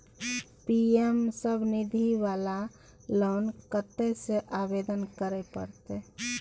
PM Svanidhi वाला loan कत्ते से आवेदन करे परतै?